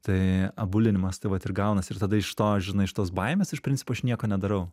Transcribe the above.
tai abulinimas tai vat ir gaunasi ir tada iš to žinai iš tos baimės iš principo aš nieko nedarau